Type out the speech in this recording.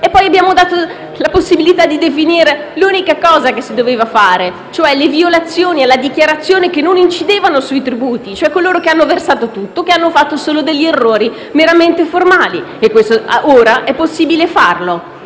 Poi abbiamo dato la possibilità di definire l'unica cosa che si doveva fare, cioè le violazioni alle dichiarazioni che non incidevano sui tributi, cioè di coloro che hanno versato tutto, ma che hanno commesso degli errori meramente formali. Questo ora è possibile farlo.